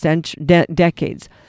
decades